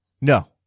No